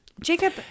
jacob